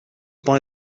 buy